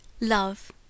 Love